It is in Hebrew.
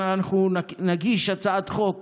ואנחנו נגיש הצעת חוק